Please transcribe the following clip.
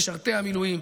משרתי המילואים,